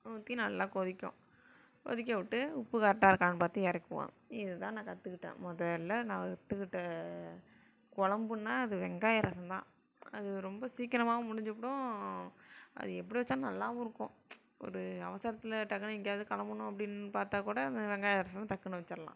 ஊற்றி நல்லா கொதிக்கும் கொதிக்கவிட்டு உப்பு கரெக்டாக இருக்கான்னு பார்த்து இறக்குவோம் இதுதான் நான் கற்றுக்கிட்டேன் முதல்ல நான் கற்றுக்கிட்ட குழம்புன்னா அது வெங்காய ரசம் தான் அது ரொம்ப சீக்கிரமாக முடிஞ்சுவிடும் அது எப்படி வெச்சாலும் நல்லாவும் இருக்கும் ஒரு அவசரத்தில் டக்குனு எங்கேயாது கிளம்பணும் அப்படின்னு பார்த்தா கூட அந்த வெங்காய ரசம் டக்குன்னு வச்சிடலாம்